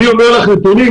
וכשאני אומר לך נתונים,